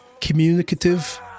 communicative